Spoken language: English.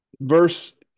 verse